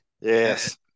Yes